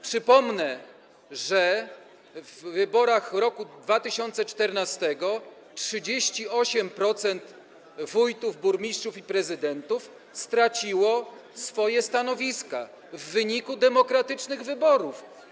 Przypomnę, że w wyborach w roku 2014 38% wójtów, burmistrzów i prezydentów straciło swoje stanowiska - w wyniku demokratycznych wyborów.